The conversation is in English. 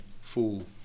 fool